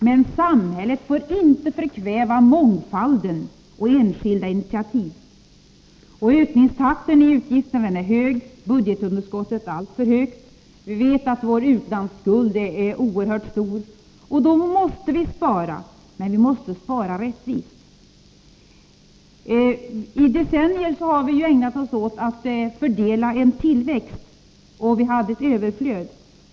Men samhället får inte förkväva mångfalden och enskilda initiativ. Ökningstakten i de offentliga utgifterna är hög och budgetunderskottet alltför högt. Vi vet att vår utlandsskuld är oerhört stor. Då måste vi spara — men vi måste spara rättvist. I decennier har vi ägnat oss åt att fördela en tillväxt — vi hade ett överflöd.